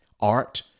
art